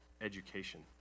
education